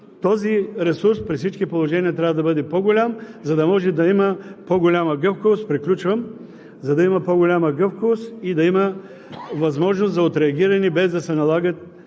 този ресурс при всички положения трябва да бъде по-голям, за да може да има по-голяма гъвкавост – приключвам – и да има възможност за отреагиране, без да се налага